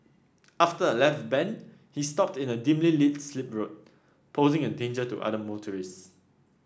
after a left bend he stopped in a dimly lit slip road posing a danger to other motorists